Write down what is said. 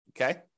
Okay